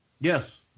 Yes